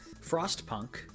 Frostpunk